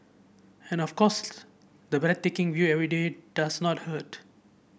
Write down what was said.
and of course the taking view every day does not hurt